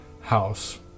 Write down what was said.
house